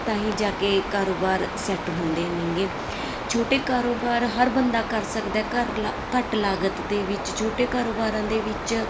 ਤਾਹੀ ਜਾ ਕੇ ਕਾਰੋਬਾਰ ਸੈੱਟ ਹੁੰਦੇ ਨੇਗੇ ਛੋਟੇ ਕਾਰੋਬਾਰ ਹਰ ਬੰਦਾ ਕਰ ਸਕਦਾ ਘਰ ਲਾ ਘੱਟ ਲਾਗਤ ਦੇ ਵਿੱਚ ਛੋਟੇ ਕਾਰੋਬਾਰਾਂ ਦੇ ਵਿੱਚ